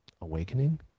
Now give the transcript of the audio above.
awakening